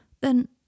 then